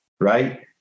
right